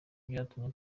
byatumye